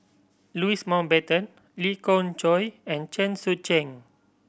Louis Mountbatten Lee Khoon Choy and Chen Sucheng